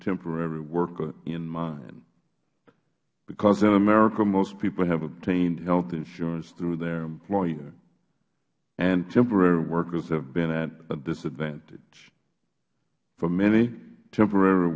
temporary workers in mind because in america most people have obtained health insurance through their employer temporary workers have been at a disadvantage for many temporary